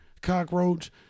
cockroach